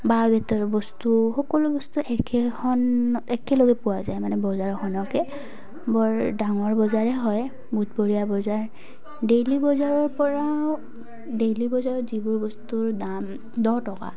বাঁহ বেতৰ বস্তু সকলো বস্তু একেখন একেলগে পোৱা যায় মানে বজাৰখনকে বৰ ডাঙৰ বজাৰে হয় বুধবৰীয়া বজাৰ ডেইলী বজাৰৰ পৰাও ডেইলী বজাৰত যিবোৰ বস্তুৰ দাম দহ টকা